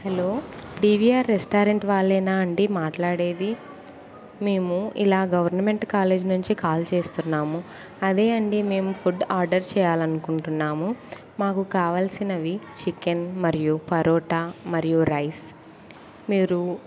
hello DVR restaurant వాళ్లేనా అండి మాట్లాడేది మేము ఇలా గవర్నమెంట్ కాలేజ్ నుంచి కాల్ చేస్తున్నాము అదే అండి మేము ఫుడ్ ఆర్డర్ చేయాలి అనుకుంటున్నాము మాకు కావాల్సినవి చికెన్ మరియు పరోటా మరియు రైస్ మీరు